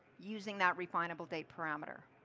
using that refineable date parameter.